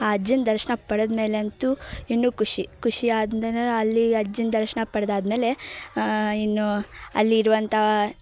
ಆ ಅಜ್ಜನ ದರ್ಶನ ಪಡೆದ ಮೇಲಂತೂ ಇನ್ನೂ ಖುಷಿ ಖುಷಿಯಾದ್ನನ ಅಲ್ಲಿ ಅಜ್ಜನ ದರ್ಶನ ಪಡ್ದಾದ ಮೇಲೆ ಇನ್ನೂ ಅಲ್ಲಿ ಇರುವಂತಹ